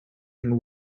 and